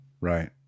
Right